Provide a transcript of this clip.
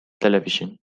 television